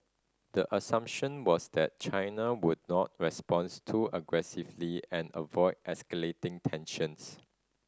the assumption was that China would not responds too aggressively and avoid escalating tensions